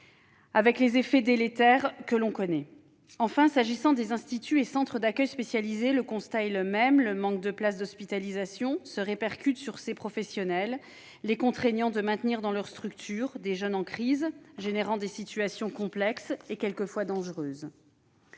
avec les effets délétères que l'on connaît. Enfin, s'agissant des instituts et centres d'accueil spécialisés, le constat est le même : le manque de places d'hospitalisation se répercute sur ces professionnels, les contraignant de maintenir dans leur structure des jeunes en crise, générant des situations complexes et quelquefois dangereuses.